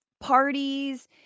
parties